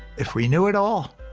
if we knew it all,